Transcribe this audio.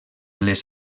les